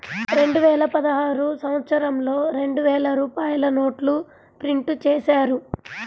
రెండువేల పదహారు సంవత్సరంలో రెండు వేల రూపాయల నోట్లు ప్రింటు చేశారు